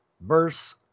verse